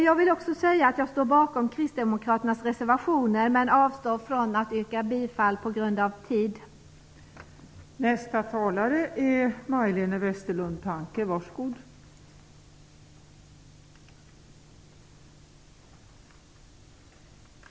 Jag står bakom kristdemokraternas reservationer men avstår för tids vinnande från att yrka bifall till dem.